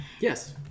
Yes